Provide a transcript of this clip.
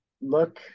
look